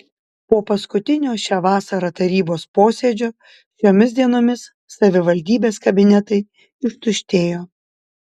po paskutinio šią vasarą tarybos posėdžio šiomis dienomis savivaldybės kabinetai ištuštėjo